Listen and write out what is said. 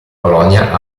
polonia